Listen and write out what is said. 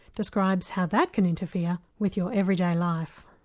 describes how that can interfere with your everyday life.